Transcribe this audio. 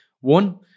one